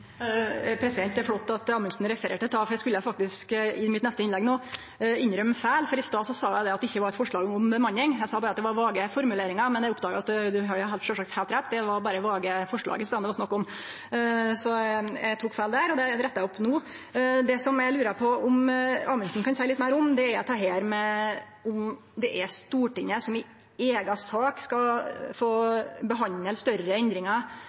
er flott at representanten Amundsen refererte dette, for eg skulle faktisk i mitt neste innlegg innrømme feil. I stad sa eg at det ikkje var eit forslag om bemanning, eg sa berre at det var vage formuleringar. Men eg oppdaga at det var heilt rett, det var berre vage forslag det var snakk om. Eg tok feil der, og det rettar eg opp no. Det som eg lurer på om Amundsen kan seie litt meir om, er om det er Stortinget som i ei eiga sak skal få behandle større endringar